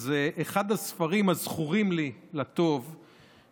אז אחד הספרים הזכורים לי לטוב,